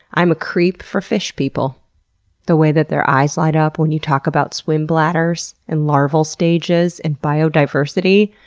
i'm a creep for fish people the way that their eyes light up when you talk about swim bladders, and larval stages, and biodiversity.